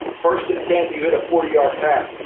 first and ten you hit a forty yard pass,